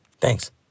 thanks